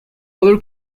other